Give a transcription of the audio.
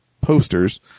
posters